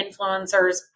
influencers